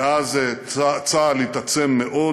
מאז צה"ל התעצם מאוד,